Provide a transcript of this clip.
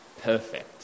perfect